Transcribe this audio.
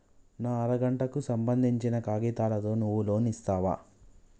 నా అర గంటకు సంబందించిన కాగితాలతో నువ్వు లోన్ ఇస్తవా?